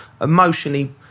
emotionally